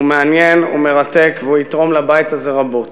הוא מעניין, הוא מרתק, והוא יתרום לבית הזה רבות.